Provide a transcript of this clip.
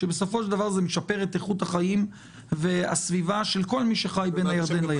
כי זה דבר שישפר את איכות החיים והסביבה של כל מי שחי בין הירדן לים.